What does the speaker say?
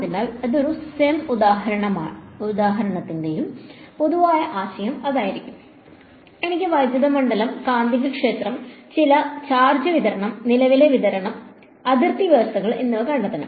അതിനാൽ ഏതൊരു സെം ഉദാഹരണത്തിന്റെയും പൊതുവായ ആശയം അതായിരിക്കും എനിക്ക് വൈദ്യുത മണ്ഡലം കാന്തികക്ഷേത്രം ചില ചാർജ് വിതരണം നിലവിലെ വിതരണം അതിർത്തി വ്യവസ്ഥകൾ എന്നിവ കണ്ടെത്തണം